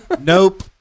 Nope